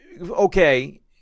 okay